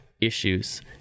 issues